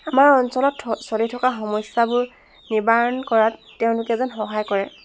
আমাৰ অঞ্চলত থ চলি থকা সমস্যাবোৰ নিবাৰণ কৰাত তেওঁলোকে যেন সহায় কৰে